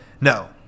No